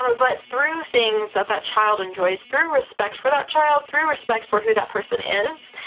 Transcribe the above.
um but through things that that child enjoys. through respect for that child. through respect for who that person is.